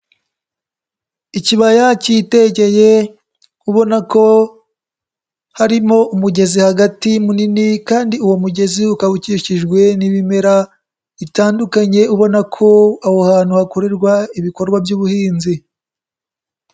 Ikibaya cyitegeye ubona ko harimo umugezi hagati munini kandi uwo mugezi ukaba ukikijwe n'ibimera bitandukanye, ubona ko aho hantu hakorerwa ibikorwa by'ubuhinzi.